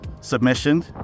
submission